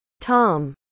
Tom